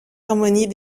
harmonie